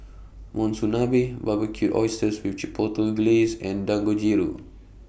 Monsunabe Barbecued Oysters with Chipotle Glaze and Dangojiru